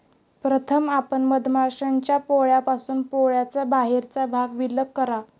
प्रथम आपण मधमाश्यांच्या पोळ्यापासून पोळ्याचा बाहेरचा भाग विलग करा